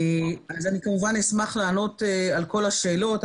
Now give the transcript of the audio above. אני כמובן אשמח לענות על כל השאלות.